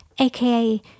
aka